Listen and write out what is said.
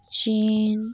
ᱪᱤᱱ